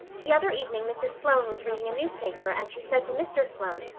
the other evening mrs. sloane was reading a newspaper and she said to mr. sloane,